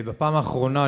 בפעם האחרונה,